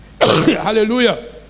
Hallelujah